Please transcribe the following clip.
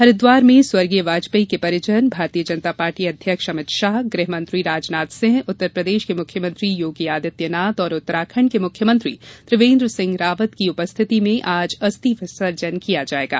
हरिद्वार में स्वर्गीय वाजपेयी के परिजन भारतीय जनता पार्टी अध्यक्ष अमित शाह गृह मंत्री राजनाथ सिंह उत्तर प्रदेश के मुख्यमंत्री योगी आदित्यनाथ और उत्तराखंड के मुख्यमंत्री त्रिवेन्द्र सिंह रावत की उपस्थिति में आज अस्थी विसर्जन किया जायेगा